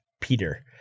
Peter